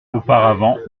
auparavant